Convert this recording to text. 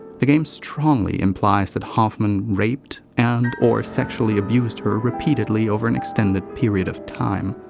the game strongly implies that hoffman raped and or sexually abused her repeatedly over an extended period of time.